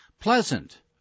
pleasant